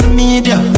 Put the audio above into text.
media